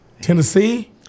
Tennessee